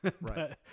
Right